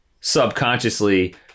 subconsciously